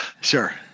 Sure